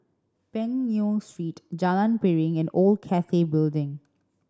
Peng Nguan Street Jalan Piring and Old Cathay Building